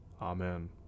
Amen